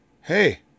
Hey